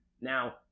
Now